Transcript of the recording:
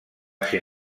ser